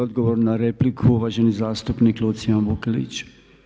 Odgovor na repliku, uvaženi zastupnik Lucian Vukelić.